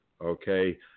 okay